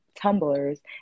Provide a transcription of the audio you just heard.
tumblers